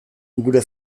gure